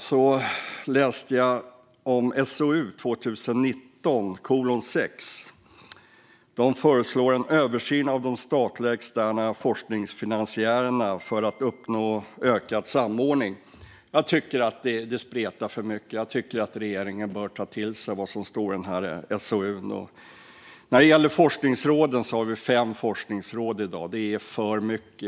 Jag läste i SOU 2019:6 att man föreslår en översyn av de statliga externa forskningsfinansiärerna för att uppnå ökad samordning. Jag tycker att det spretar för mycket. Jag tycker att regeringen bör ta till sig vad som står i den här utredningen. När det gäller forskningsråden har vi fem forskningsråd i dag. Det är för många.